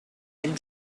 and